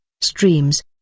streams